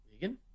Vegan